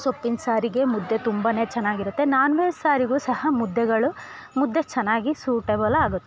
ಸೊಪ್ಪಿನ ಸಾರಿಗೆ ಮುದ್ದೆ ತುಂಬಾ ಚೆನ್ನಾಗಿರತ್ತೆ ನಾನ್ವೇಜ್ ಸಾರಿಗು ಸಹ ಮುದ್ದೆಗಳು ಮುದ್ದೆ ಚೆನ್ನಾಗಿ ಸೂಟೇಬಲ್ ಆಗುತ್ತೆ